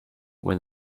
when